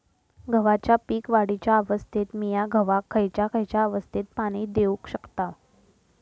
गव्हाच्या पीक वाढीच्या अवस्थेत मिया गव्हाक खैयचा खैयचा अवस्थेत पाणी देउक शकताव?